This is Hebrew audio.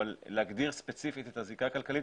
אבל להגדיר ספציפית את הזיקה הכלכלית?